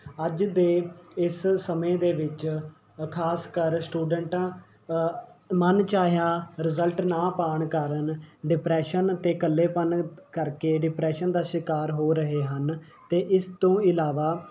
ਅੱਜ ਦੇ ਇਸ ਸਮੇਂ ਦੇ ਵਿੱਚ ਖਾਸ ਕਰ ਸਟੂਡੈਂਟਾਂ ਮਨ ਚਾਹਿਆ ਰਿਜ਼ਲਟ ਨਾ ਪਾਉਣ ਕਾਰਨ ਡਿਪਰੈਸ਼ਨ ਅਤੇ ਇਕੱਲੇਪਨ ਕਰਕੇ ਡਿਪਰੈਸ਼ਨ ਦਾ ਸ਼ਿਕਾਰ ਹੋ ਰਹੇ ਹਨ ਅਤੇ ਇਸ ਤੋਂ ਇਲਾਵਾ